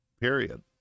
Period